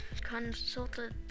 consulted